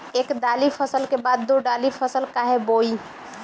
एक दाली फसल के बाद दो डाली फसल काहे बोई?